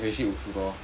对